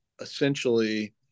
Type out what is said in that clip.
essentially